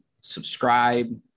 subscribe